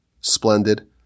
splendid